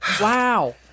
Wow